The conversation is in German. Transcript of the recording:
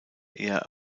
eher